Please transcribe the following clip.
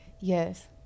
Yes